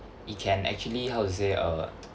it can actually how to say uh